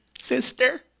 sister